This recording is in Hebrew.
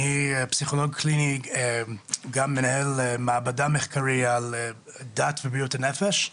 אני פסיכולוג קליני וגם מנהל מעבדה מחקרית על דת ובריאות הנפש,